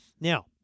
Now